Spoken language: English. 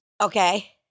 okay